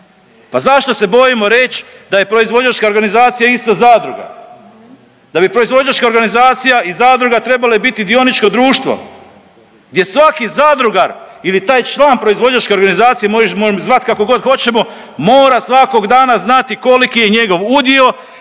Pa zašto se bojimo reći da je proizvođačka organizacija isto zadruga. Da bi proizvođačka organizacija i zadruga trebale biti dioničko društvo gdje svaki zadrugar ili taj član proizvođačke organizacije možemo ih zvati kako god hoćemo mora svakog dana znati koliki je njegov udio,